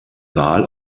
wahl